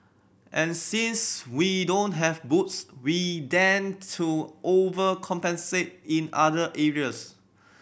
and since we don't have boobs we tend to overcompensate in other areas